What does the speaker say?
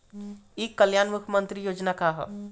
ई कल्याण मुख्य्मंत्री योजना का है?